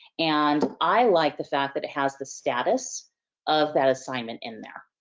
and i like the fact that it has the status of that assignment in there.